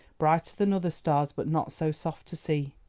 brighter than other stars but not so soft to see.